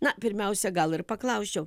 na pirmiausia gal ir paklausčiau